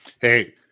Hey